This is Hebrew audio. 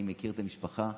אני מכיר את המשפחה,